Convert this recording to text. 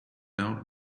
out